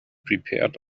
prepared